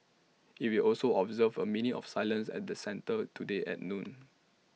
IT will also observe A minute of silence at the centre today at noon